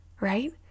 right